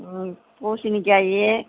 ம் பூசணிக்காய்